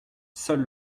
seul